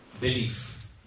Belief